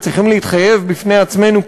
צריכים להתחייב בפני עצמנו,